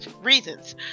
reasons